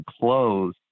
close